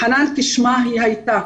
חנאן, כשמה היא הייתה,